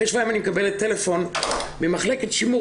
ואחרי שבועיים אני מקבלת טלפון ממחלקת שימור